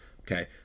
Okay